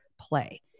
play